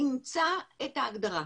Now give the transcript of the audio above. אימצה את הגדרה.